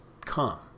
come